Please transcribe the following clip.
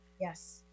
Yes